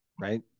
right